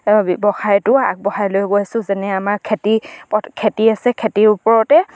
ব্যৱসায়টো আগবঢ়াই লৈ গৈছোঁ যেনে আমাৰ খেতি খেতি আছে খেতিৰ ওপৰতে